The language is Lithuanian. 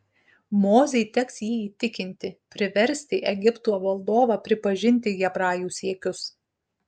mozei teks jį įtikinti priversti egipto valdovą pripažinti hebrajų siekius